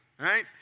right